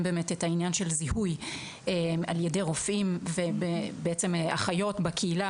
באמת את העניין של זיהוי על ידי רופאים ובעצם אחיות בקהילה,